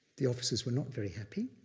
the officers were not very happy,